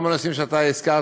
גם הנושאים שאתה הזכרת,